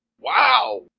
wow